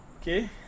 okay